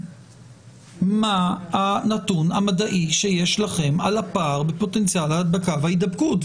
מה הנתון המדעי שיש לכם על הפער בפוטנציאל ההדבקה וההידבקות.